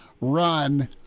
run